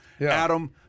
Adam